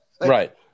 Right